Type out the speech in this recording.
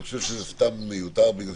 אני חושב שזה מיותר בגלל